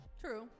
True